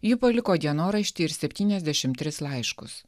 ji paliko dienoraštį ir septyniasdešim tris laiškus